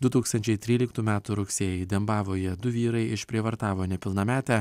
du tūkstančiai tryliktų metų rugsėjį dembavoje du vyrai išprievartavo nepilnametę